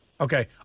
okay